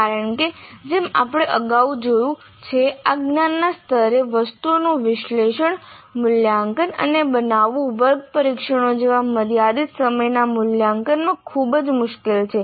કારણ કે જેમ આપણે અગાઉ જોયું છે આ જ્ઞાનના સ્તરે વસ્તુઓનું વિશ્લેષણ મૂલ્યાંકન અને બનાવવું વર્ગ પરીક્ષણો જેવા મર્યાદિત સમયના મૂલ્યાંકનમાં ખૂબ જ મુશ્કેલ છે